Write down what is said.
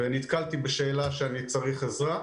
ונתקלתי בשאלה שאני צריך בה עזרה,